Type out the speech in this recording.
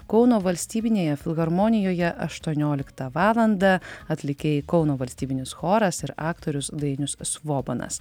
kauno valstybinėje filharmonijoje aštuonioliktą valandą atlikėjai kauno valstybinis choras ir aktorius dainius svobonas